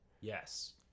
Yes